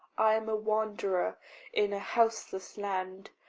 i am a wanderer in a houseless land,